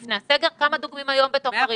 לפני הסגר וכמה דוגמים היום בתוך ערים אדומות.